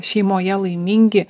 šeimoje laimingi